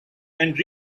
and